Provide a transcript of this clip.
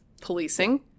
policing